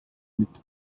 mitte